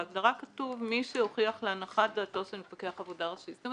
בהגדרה כתוב: מי שיוכיח להנחת דעתו של מפקח העבודה הראשי" הווי